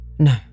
No